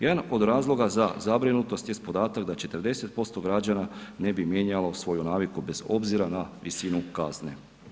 Jedan od razloga za zabrinutost jest podatak da 40% građana ne bi mijenjalo svoju naviku bez obzira na visinu kazne.